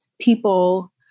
people